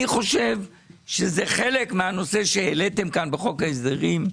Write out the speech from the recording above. אני חושב שזה חלק מהנושא שהעליתם כאן בחוק ההסדרים.